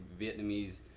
Vietnamese